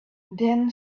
then